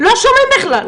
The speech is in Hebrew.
לא שומעים בכלל.